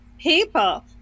people